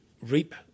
reap